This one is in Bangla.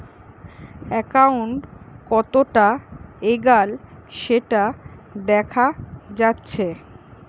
একাউন্ট কতোটা এগাল সেটা দেখা যাচ্ছে